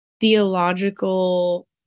theological